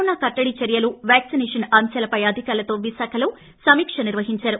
corona కట్టడి చర్చలు vaccination అంశాలపై అధికారులతో విశాఖలో సమీక నిర్వహించారు